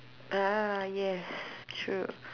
err yes true